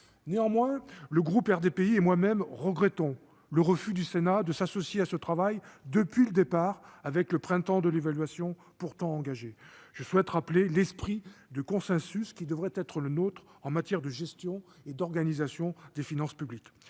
Néanmoins, le groupe RDPI et moi-même regrettons le refus du Sénat de s'associer depuis le départ à ce travail, avec le Printemps de l'évaluation pourtant engagé. Je souhaite rappeler l'esprit de consensus qui devrait être le nôtre en matière de gestion et d'organisation des finances publiques,